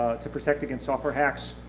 ah to protect against software hacks,